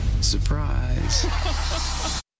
Surprise